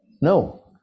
No